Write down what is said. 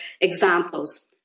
examples